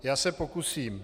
Já se pokusím.